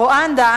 רואנדה